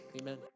Amen